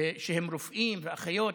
שהם רופאים ואחיות